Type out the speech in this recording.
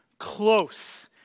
close